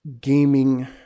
gaming